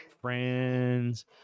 friends